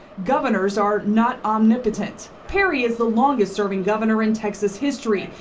governors are not omnipotent. perry is the longest serving governor in texas history,